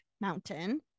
Mountain